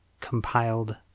compiled